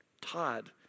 Todd